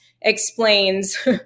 explains